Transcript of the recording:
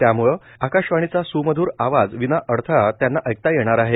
त्यामुळं आकाशवाणीचा सुमध्र आवाज विनाअडथळा त्यांना एकदा येणार आहे